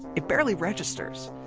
it barely registers,